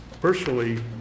Personally